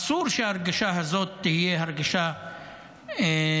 אסור שההרגשה הזאת תהיה הרגשה קיימת.